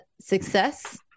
success